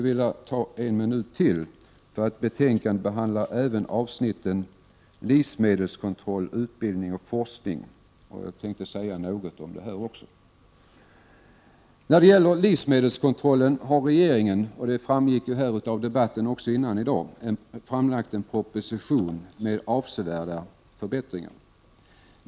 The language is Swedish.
Betänkandet behandlar även avsnitt om livsmedelskontroll, utbildning och forskning. Jag tänkte även säga något om detta. När det gäller livsmedelskontrollen har regeringen — vilket också framgick tidigare i debatten i dag — framlagt en proposition med förslag till avsevärda förbättringar.